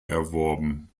erworben